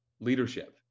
leadership